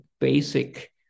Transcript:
basic